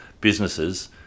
businesses